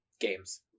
Games